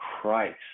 christ